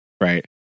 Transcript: Right